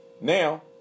Now